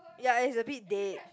ya is a bit dead